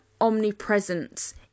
omnipresence